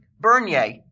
Bernier